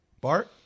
Bart